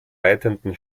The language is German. leitenden